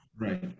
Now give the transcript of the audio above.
Right